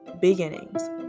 beginnings